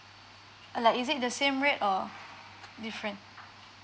uh like is it the same rate or different